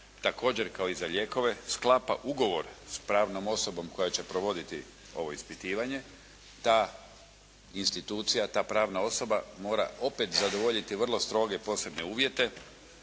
također kao i za lijekove sklapa ugovor s pravnom osobom koja će provoditi ovo ispitivanje ta institucija, ta pravna osoba mora opet zadovoljiti vrlo stroge posebne uvjete